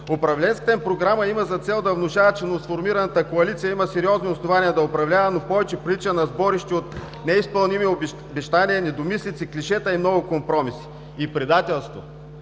Управленската им програма има за цел да внушава, че новосформираната коалиция има сериозни основания да управлява, но повече прилича на сборище от неизпълнени обещания, недомислици, клишета и много компромиси и предателство